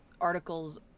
articles